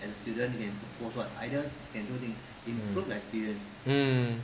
mm